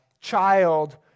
child